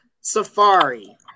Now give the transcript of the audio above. Safari